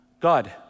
God